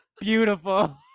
beautiful